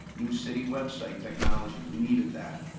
new city website technology, we needed that.